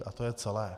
A to je celé.